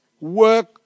work